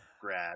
grad